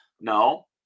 No